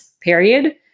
period